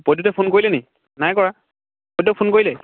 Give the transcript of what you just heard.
প্ৰদ্যুতে phone কৰিলে নেকি নাই কৰা প্ৰদ্যুতে ফোন কৰিলে